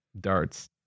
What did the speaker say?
darts